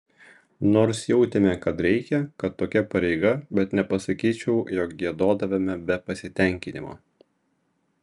nors jautėme kad reikia kad tokia pareiga bet nepasakyčiau jog giedodavome be pasitenkinimo